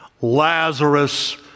Lazarus